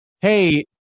hey